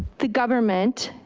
the government,